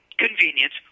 Convenience